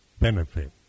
benefit